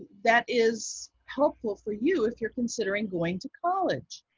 that is helpful for you if you're considering going to college.